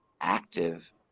active